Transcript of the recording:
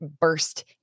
burst